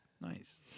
Nice